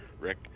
Rick